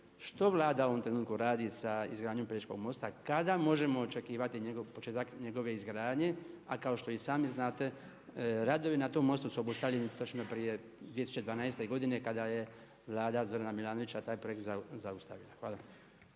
što Vlada u ovom trenutku radi sa izgradnjom Pelješkog mosta? Kada možemo očekivati početak njegove izgradnje? A kao što i sami znate redovi na tom mostu su obustavljeni točno prije 2012. godine kada je vlada Zorana Milanovića taj projekt zaustavila. Hvala.